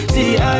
See